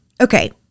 Okay